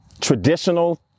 traditional